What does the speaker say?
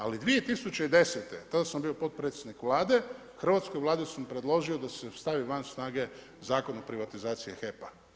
Ali 2010. tada sam bio potpredsjednik Vlade hrvatskoj Vladi sam predložio da se stavi van snage Zakon o privatizaciji HEP-a.